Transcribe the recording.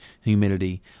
humidity